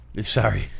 Sorry